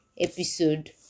episode